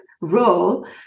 role